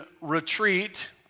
retreat